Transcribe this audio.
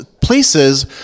places